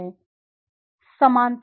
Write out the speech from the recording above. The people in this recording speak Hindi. इसलिए वरीयता रैंकिंग